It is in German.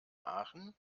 aachen